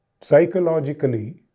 psychologically